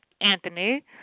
Anthony